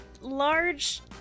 large